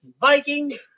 Viking